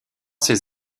ses